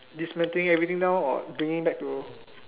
dismantling everything down or bringing back to